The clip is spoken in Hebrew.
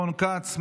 רון כץ,